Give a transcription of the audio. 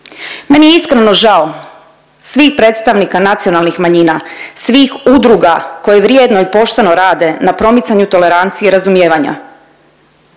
Meni je iskreno žao svih predstavnika nacionalnih manjina, svi udruga koje vrijedno i pošteno rade na promicanju tolerancije razumijevanja,